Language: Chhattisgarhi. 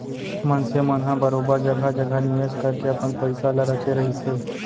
मनसे मन ह बरोबर जघा जघा निवेस करके अपन पइसा ल रखे रहिथे